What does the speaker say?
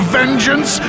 vengeance